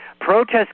protests